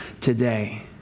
today